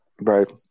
right